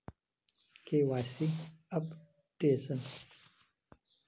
KYC updation?